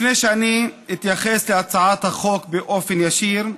לפני שאני אתייחס להצעת החוק באופן ישיר,